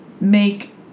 make